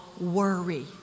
worry